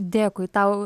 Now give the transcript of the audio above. dėkui tau